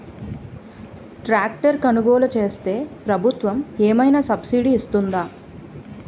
Tractor కొనుగోలు చేస్తే ప్రభుత్వం ఏమైనా సబ్సిడీ ఇస్తుందా?